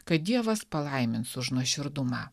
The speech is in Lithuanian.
kad dievas palaimins už nuoširdumą